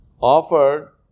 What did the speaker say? offered